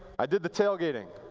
i did the tailgating.